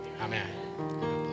Amen